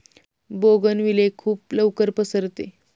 bougainvillea खूप लवकर पसरते